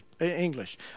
English